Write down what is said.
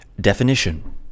Definition